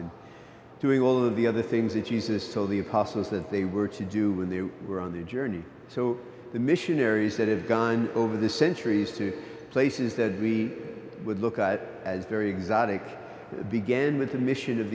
and doing all of the other things it uses so the apostles that they were to do when they were on the journey so the missionaries that have gone over the centuries to places that we would look at as very exotic began with the mission of